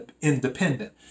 independent